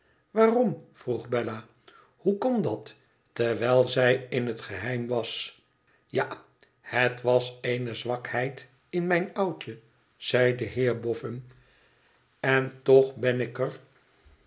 waarom p vroeg bella hoe kon dat terwijl zij in het geheim was tja het was eene zwakheid in mijn oudje zeideheerboffin en toch ben ik er